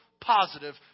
positive